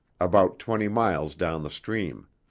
about twenty miles down the stream.